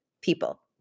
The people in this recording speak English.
people